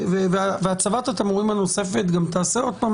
הצבת התמרורים הנוספת גם תיעשה עוד פעם